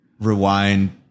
rewind